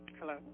Hello